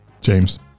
James